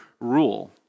rule